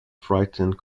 frightened